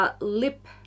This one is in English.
lip